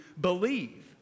believe